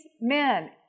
men